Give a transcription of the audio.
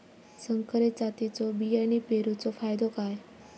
संकरित जातींच्यो बियाणी पेरूचो फायदो काय?